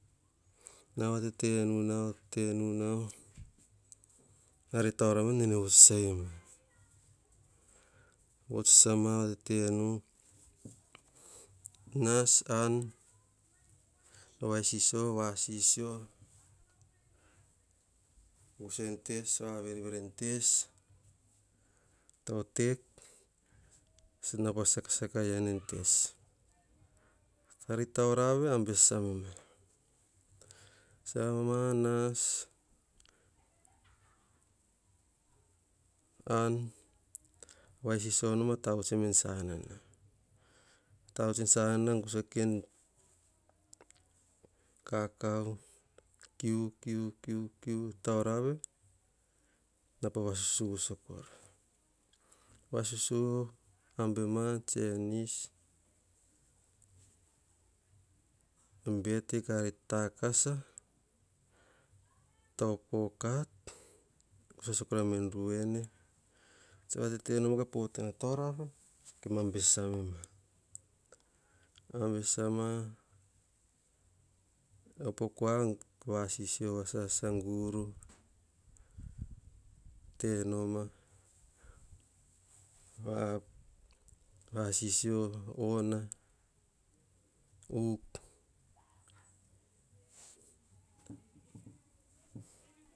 Na ka tete nu nau, tete nu nau, ari taurave nene vots sasai ma. Vots sasama va tete nu, nas ka an, vai i isiso, va sisio, gusa en tes, va verevere en tes tau otek na pa saksak o yiana en tes. Ari taurave ambe sasama, sasama nas, an vai isiso noma, tavuts en sanana, tavuts en sanana, tavuts en sanana, gusa ki an kakau, kiu, kiu, kiu, kiu, taurave, nau pa vasusuva sa kora. Va susuva, ambe ma, panis, bete ari taksa, tau pokat sasa koraim en ruwene. Tsa tete noma ka potana tauravene, kemam ambe sasa me ma. Ambe sasama, opo kua, va sisio va sasa, gur te noma, va sisio, ona uk.